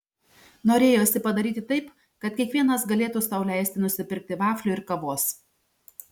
norėjosi padaryti taip kad kiekvienas galėtų sau leisti nusipirkti vaflių ir kavos